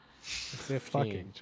Fifteen